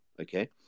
okay